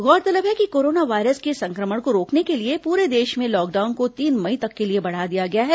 गौरतलब है कि कोरोना वायरस के संक्रमण को रोकने के लिए पूरे देश में लॉकडाउन को तीन मई तक के लिए बढ़ा दिया गया है